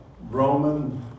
Roman